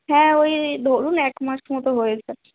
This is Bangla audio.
হ্যাঁ ওই ধরুন এক মাস মতো হয়েছে